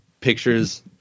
pictures